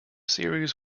series